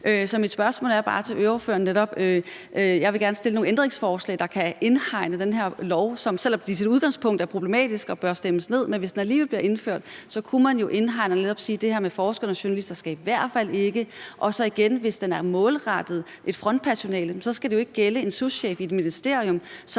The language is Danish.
Mit spørgsmål til ordføreren handler om, at jeg vil gerne stille nogle ændringsforslag, der kan indhegne det her lovforslag. Det er i sit udgangspunkt problematisk og bør stemmes ned, men hvis loven alligevel bliver indført, kunne man jo indhegne det og netop sige, at det her med forskere og journalister i hvert fald ikke skal være der, og så igen, hvis den er målrettet et frontpersonale, skal den jo ikke gælde en souschef i et ministerium,